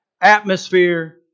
atmosphere